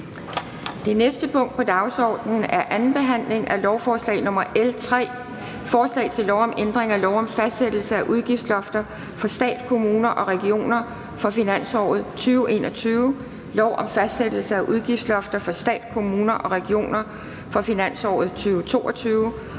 Det næste punkt på dagsordenen er: 7) 2. behandling af lovforslag nr. L 3: Forslag til lov om ændring af lov om fastsættelse af udgiftslofter for stat, kommuner og regioner for finansåret 2021, lov om fastsættelse af udgiftslofter for stat, kommuner og regioner for finansåret 2022